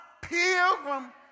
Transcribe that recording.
Pilgrim